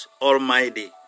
Almighty